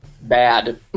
bad